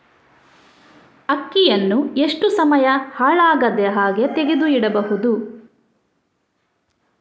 ಅಕ್ಕಿಯನ್ನು ಎಷ್ಟು ಸಮಯ ಹಾಳಾಗದಹಾಗೆ ತೆಗೆದು ಇಡಬಹುದು?